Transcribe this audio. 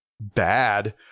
bad